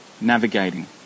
navigating